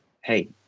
Hey